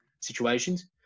situations